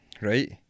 Right